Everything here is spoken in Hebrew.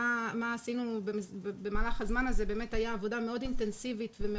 מה עשינו במהלך הזמן הזה הייתה עבודה אינטנסיבית מאוד